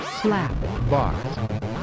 Slapbox